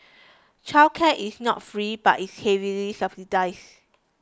childcare is not free but is heavily subsidise